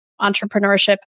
entrepreneurship